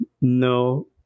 No